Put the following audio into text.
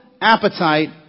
appetite